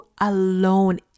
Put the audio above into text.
alone